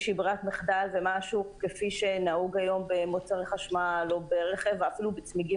שהיא ברירת מחדל כפי שנהוג היום במוצרי חשמל או ברכב ואפילו בצמיגים